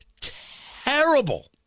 terrible